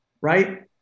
right